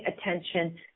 attention